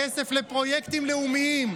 כסף לפרויקטים לאומיים.